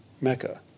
Mecca